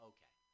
Okay